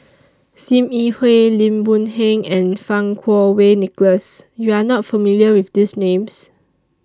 SIM Yi Hui Lim Boon Heng and Fang Kuo Wei Nicholas YOU Are not familiar with These Names